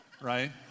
right